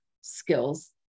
skills